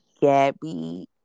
Gabby